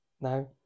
no